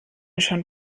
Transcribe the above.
schon